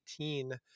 2018